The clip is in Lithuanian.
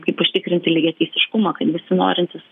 kaip užtikrinti lygiateisiškumą kad visi norintys